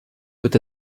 peut